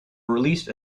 released